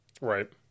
Right